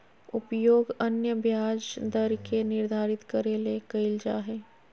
उपयोग अन्य ब्याज दर के निर्धारित करे ले कइल जा हइ